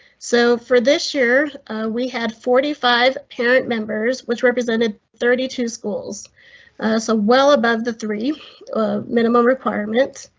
so for this year we had forty five parent members which represented thirty two schools so well above the three minimum requirements,